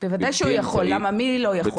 בוודאי שהוא יכול, למה מי לא יכול?